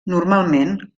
normalment